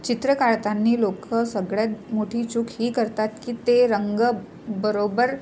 चित्र काढताना लोक सगळ्यात मोठी चूक ही करतात की ते रंग बरोबर